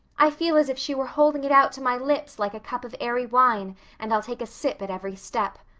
i feel as if she were holding it out to my lips like a cup of airy wine and i'll take a sip at every step.